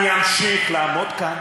אני אמשיך לעמוד כאן